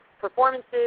performances